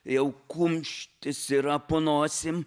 jau kumštis yra po nosim